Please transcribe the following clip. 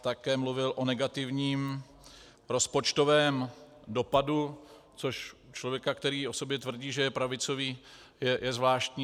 Také mluvil o negativním rozpočtovém dopadu, což u člověka, který o sobě tvrdí, že je pravicový, je zvláštní.